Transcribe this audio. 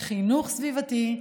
חינוך סביבתי,